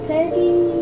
Peggy